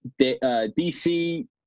DC